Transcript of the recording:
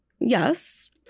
yes